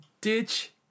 ditch